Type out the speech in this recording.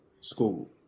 school